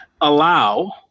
allow